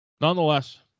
Nonetheless